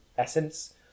essence